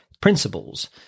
principles